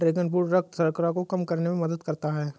dragon fruit रक्त शर्करा को कम करने में मदद करता है